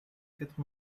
quatre